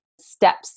steps